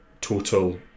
total